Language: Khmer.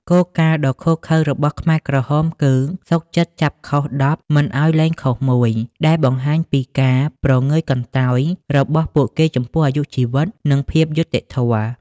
គោលការណ៍ដ៏ឃោរឃៅរបស់ខ្មែរក្រហមគឺ "សុខចិត្តចាប់ខុស ១០ មិនឱ្យលែងខុស ១" ដែលបង្ហាញពីការព្រងើយកន្តើយរបស់ពួកគេចំពោះអាយុជីវិត និងភាពយុត្តិធម៌។